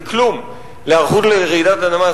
זה כלום להיערכות לרעידת אדמה,